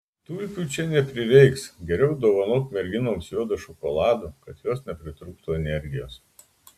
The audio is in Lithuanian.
tulpių čia neprireiks geriau dovanok merginoms juodo šokolado kad jos nepritrūktų energijos